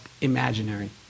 imaginary